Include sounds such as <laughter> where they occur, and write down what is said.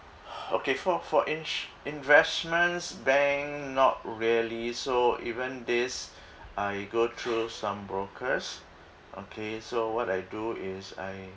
<breath> okay for for inch~ investments bank not really so even this I go through some brokers okay so what I do is I